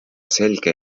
selge